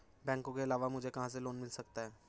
बैंकों के अलावा मुझे कहां से लोंन मिल सकता है?